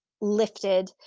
lifted